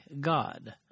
God